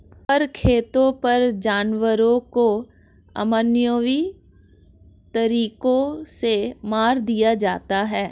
फर खेतों पर जानवरों को अमानवीय तरीकों से मार दिया जाता है